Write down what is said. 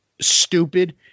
stupid